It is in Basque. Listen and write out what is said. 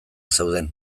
zeuden